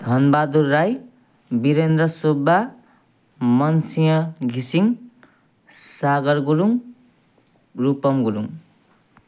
धनबहादुर राई बिरेन्द्र सुब्बा मनसिंह घिसिङ सागर गुरुङ रुपम गुरुङ